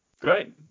Great